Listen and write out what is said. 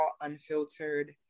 unfiltered